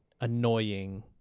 annoying